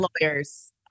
lawyers